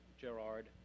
Gerard